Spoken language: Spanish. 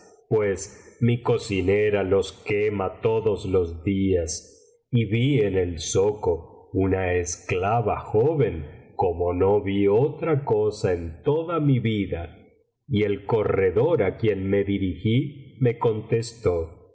pues mi cocinera los quema todos los días y vi en el zoco una esclava joven como no vi otra en toda mi vida y el corredor á quien me dirigí me contestó